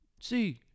See